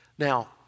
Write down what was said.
Now